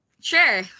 Sure